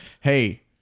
Hey